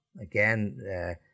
again